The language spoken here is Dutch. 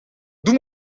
doe